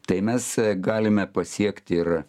tai mes galime pasiekt ir